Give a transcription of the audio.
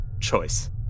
Choice